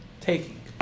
taking